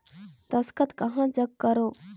दस्खत कहा जग करो?